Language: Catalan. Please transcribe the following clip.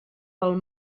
pel